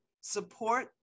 support